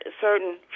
certain